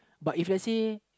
but if let's say